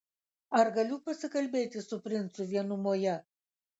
ar galiu pasikalbėti su princu vienumoje